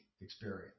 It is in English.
experience